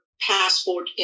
passport